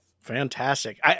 Fantastic